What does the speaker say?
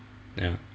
ya